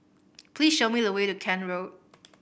please show me the way to Kent Road